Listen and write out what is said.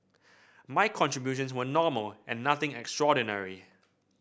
my contributions were normal and nothing extraordinary